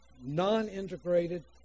non-integrated